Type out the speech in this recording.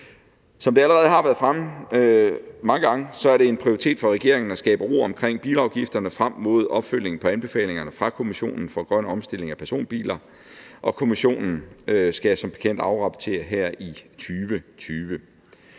Som det allerede har været fremme mange gange, er det en prioritet for regeringen at skabe ro om bilafgifterne frem mod opfølgningen på anbefalingerne fra kommissionen for grøn omstilling af personbiler, og kommissionen skal som bekendt afrapportere her i 2020.